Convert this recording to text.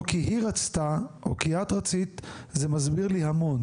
כי היא רצתה או כי את רצית זה מסביר לי המון.